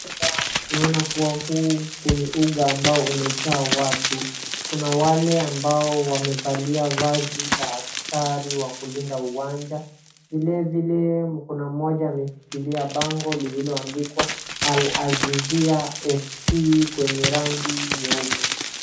Tunaona huku ni uga ambao umejaa watu kuna wale ambao wamevalia vazi la askari wa kulinda uwanja. Vilevile kuna mmoja ameshikilia bango lililoandikwa Al-aziza Fc.